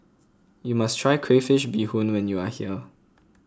you must try Crayfish BeeHoon when you are here